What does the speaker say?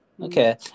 Okay